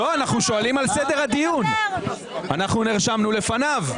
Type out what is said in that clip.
אנחנו שואלים על סדר הדיון, אנחנו נרשמנו לפניו.